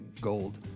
gold